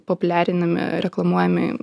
populiarinami reklamuojami